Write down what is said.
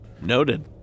Noted